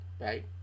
right